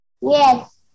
Yes